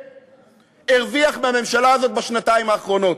הרוויח מהממשלה הזאת בשנתיים האחרונות.